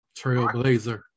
Trailblazer